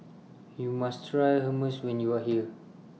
YOU must Try Hummus when YOU Are here